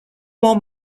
more